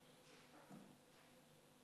חמש דקות.